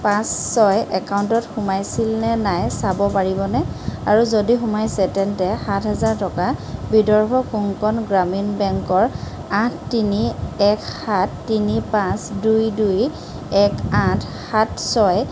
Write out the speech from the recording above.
পাঁচ ছয় একাউণ্টত সোমাইছিলনে নাই চাব পাৰিবনে আৰু যদি সোমাইছে তেন্তে সাত হাজাৰ টকা বিদৰ্ভ কংকণ গ্ৰামীণ বেংকৰ আঠ তিনি এক সাত তিনি পাঁচ দুই দুই এক আঠ সাত ছয়